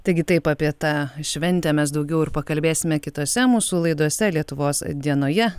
taigi taip apie tą šventę mes daugiau ir pakalbėsime kitose mūsų laidose lietuvos dienoje